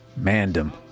Mandem